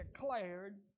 declared